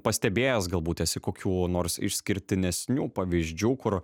pastebėjęs galbūt esi kokių nors išskirtinesnių pavyzdžių kur